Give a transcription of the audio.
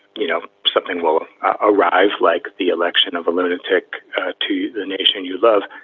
you know, something will arrive like the election of a limited tech to the nation you love,